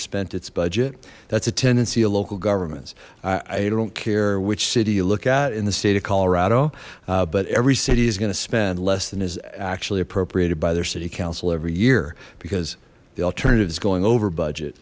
spent its budget that's a tendency of local governments i don't care which city you look at in the state of colorado but every city is gonna spend less than is actually appropriated by their city council every year because the alternative is going over budget